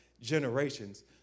generations